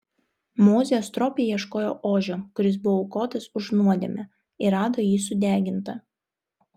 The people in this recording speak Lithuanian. mozė stropiai ieškojo ožio kuris buvo aukotas už nuodėmę ir rado jį sudegintą